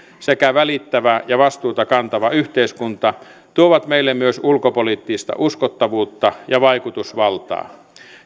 sekä välittävä ja vastuuta kantava yhteiskunta tuovat meille myös ulkopoliittista uskottavuutta ja vaikutusvaltaa